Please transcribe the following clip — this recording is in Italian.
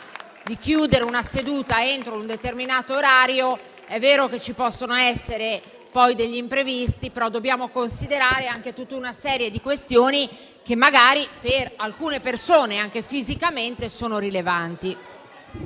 di chiudere una seduta entro un determinato orario, è vero che ci possono essere degli imprevisti, ma dobbiamo considerare anche tutta una serie di questioni che magari per alcune persone sono rilevanti